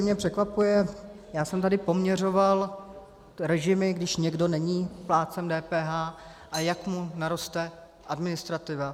Mě překvapuje já jsem tady poměřoval režimy, když někdo není plátcem DPH a jak mu naroste administrativa.